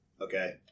Okay